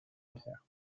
pierre